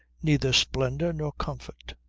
neither splendour nor comfort.